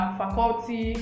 faculty